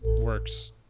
works